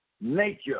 nature